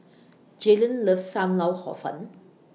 Jalon loves SAM Lau Hor Fun